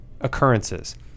occurrences